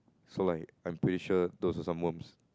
so like I'm pretty sure those were some worms